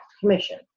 commission